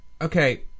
okay